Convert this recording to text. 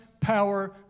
power